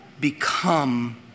become